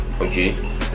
okay